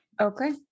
Okay